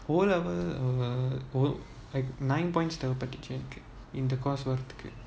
O level uh o~ uh nine point தேவை பட்டுச்சு எனக்கு:thevai pattuchu enaku in the course work வரதுக்கு:varathuku